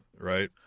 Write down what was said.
Right